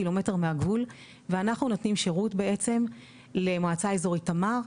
קילומטר מהגבול ואנחנו נותנים שירות בעצם למועצה אזורית תמר,